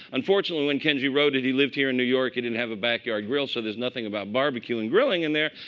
unfortunately, when kenji wrote it, he lived here in new york. he didn't have a backyard grill. so there's nothing about barbecue and grilling in there.